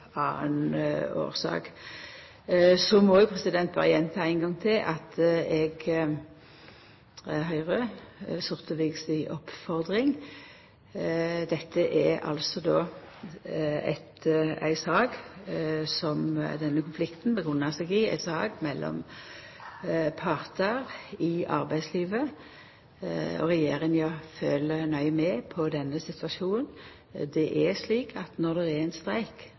anna årsak. Så må eg berre gjenta ein gong til at eg høyrer Sortevik si oppfordring. Denne konflikten er begrunna i ei sak mellom partar i arbeidslivet, og regjeringa følgjer nøye med på denne situasjonen. Når det er ein streik,